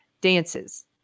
Dances